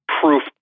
proof